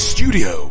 Studio